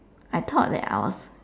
I thought that I was